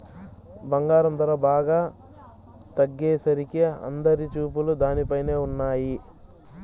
బంగారం ధర బాగా తగ్గేసరికి అందరి చూపులు దానిపైనే ఉన్నయ్యి